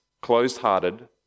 closed-hearted